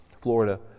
Florida